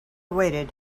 waited